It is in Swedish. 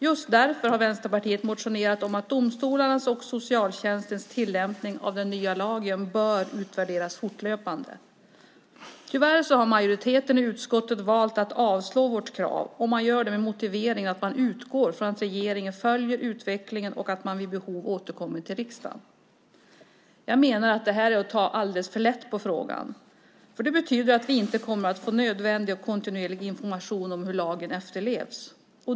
Just därför har Vänsterpartiet motionerat om att domstolarnas och socialtjänstens tillämpning av den nya lagen bör utvärderas fortlöpande. Tyvärr har majoriteten i utskottet valt att avslå vårt krav. Man gör det med motiveringen att man utgår ifrån att regeringen följer utvecklingen och att man vid behov återkommer till riksdagen. Jag menar att det är att ta alldeles för lätt på frågan. Det betyder att vi inte kommer att få nödvändig och kontinuerlig information om hur lagen efterlevs.